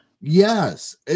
Yes